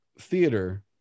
theater